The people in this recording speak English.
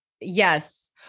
Yes